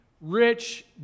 rich